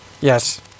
Yes